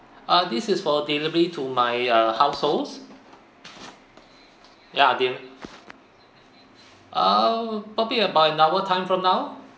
ah this is for delivery to my uh households ya de~ err probably about in hour time from now